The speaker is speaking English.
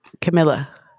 Camilla